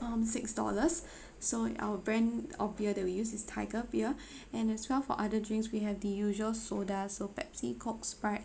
um six dollars so our brand of beer that we use is tiger beer and as well for other drinks we have the usual soda so pepsi coke sprite